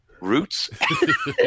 roots